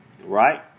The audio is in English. Right